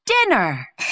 Dinner